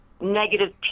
negative